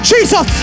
Jesus